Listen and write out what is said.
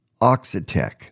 Oxitec